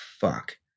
fuck